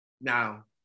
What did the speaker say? now